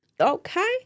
Okay